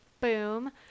boom